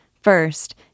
First